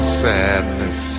sadness